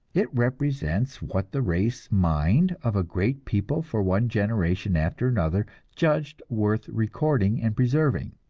it represents what the race mind of a great people for one generation after another judged worth recording and preserving.